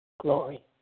Glory